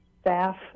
staff